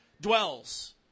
dwells